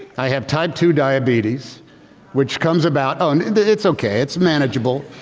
i have type two diabetes which comes about and and it's okay, it's manageable.